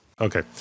Okay